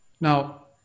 Now